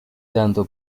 tanto